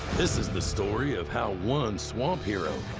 this is the story of how one swamp hero.